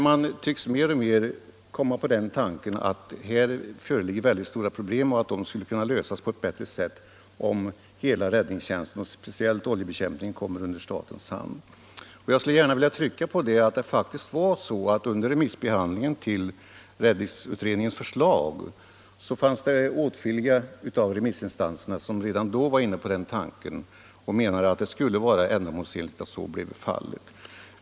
Man tycks mer och mer komma till insikt om att här föreligger väldigt stora problem, som skulle kunna lösas på ett bättre sätt om hela räddningstjänsten — speciellt oljebekämpningen —- komme i statens hand. Jag vill också betona att det redan under remissbehandlingen av räddningstjänstutredningens förslag var åtskilliga remissinstanser som menade att det skulle vara ändamålsenligt att så bleve fallet.